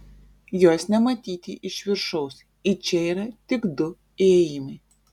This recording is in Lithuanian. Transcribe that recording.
jos nematyti iš viršaus į čia yra tik du įėjimai